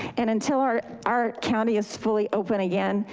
and until our our county is fully open again,